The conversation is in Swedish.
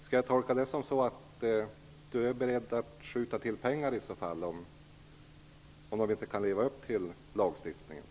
Skall jag tolka det som så att Hans Karlsson i så fall är beredd att skjuta till pengar?